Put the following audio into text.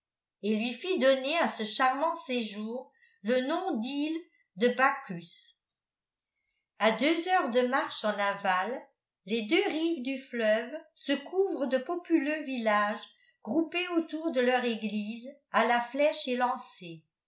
et lui fit donner à ce charmant séjour le nom d'île de bacchus a deux heures de marche en aval les deux rives du fleuve se couvrent de populeux villages groupés autour de leur église à la flèche élancée